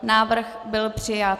Návrh byl přijat.